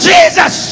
Jesus